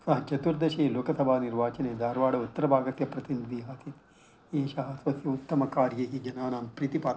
सा चतुर्दशी लोकसभा निर्वाचने दार्वाड् उत्तरभागस्य प्रतिनिधिः अभूत् एषः स्वस्य उत्तमकार्यैः जनानां प्रीतिपात्रः